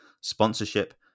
sponsorship